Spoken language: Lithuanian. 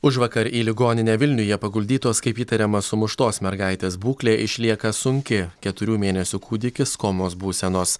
užvakar į ligoninę vilniuje paguldytos kaip įtariama sumuštos mergaitės būklė išlieka sunki keturių mėnesių kūdikis komos būsenos